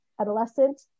adolescent